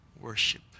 worship